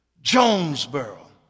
Jonesboro